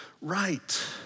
right